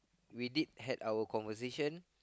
we did had our conversation